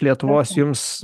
lietuvos jums